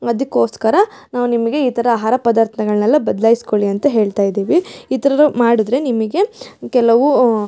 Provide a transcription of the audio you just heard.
ಅದಕ್ಕೋಸ್ಕರ ನಾವು ನಿಮಗೆ ಈ ಥರ ಆಹಾರ ಪದಾರ್ಥಗಳ್ನೆಲ್ಲ ಬದಲಾಯ್ಸ್ಕೊಳ್ಳಿ ಅಂತ ಹೇಳ್ತಾಯಿದ್ದೀವಿ ಈ ಥರ ಮಾಡಿದ್ರೆ ನಿಮಗೆ ಕೆಲವು